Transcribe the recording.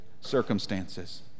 circumstances